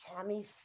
Tammy